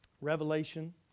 Revelation